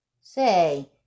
Say